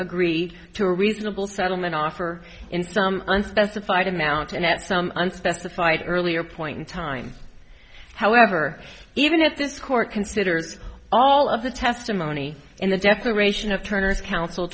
agree to a reasonable settlement offer in some unspecified amount and at some unspecified earlier point in time however even if this court considers all of the testimony in the declaration of turner's coun